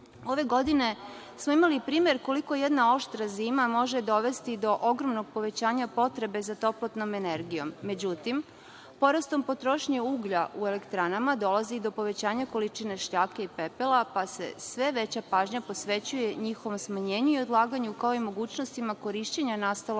Ove godine smo imali primer koliko jedna oštra zima može dovesti do ogromnog povećanja potrebe za toplotnog energijom. Međutim, porastom potrošnje uglja u elektranama dolazi do povećanja količine šljake i pepela, pa se sve veća pažnja posvećuje njihovom smanjenju i odlaganju, kao i mogućnostima korišćenja nastalog